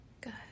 Good